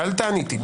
עניתי.